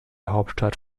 hauptstadt